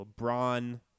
LeBron